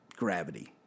gravity